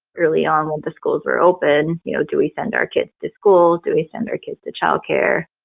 early on, when the schools were open, you know, do we send our kids to school? do we send our kids to childcare?